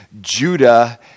Judah